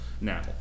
now